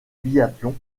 biathlon